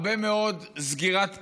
יש הרבה מאוד סגירת פערים: